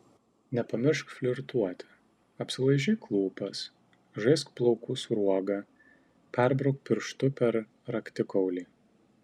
nepamiršk flirtuoti apsilaižyk lūpas žaisk plaukų sruoga perbrauk pirštu per raktikaulį